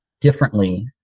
differently